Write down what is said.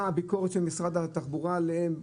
מה הביקורת של משרד התחבורה עליהם.